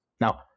Now